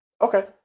Okay